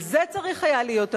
על זה צריך היה להיות המאבק.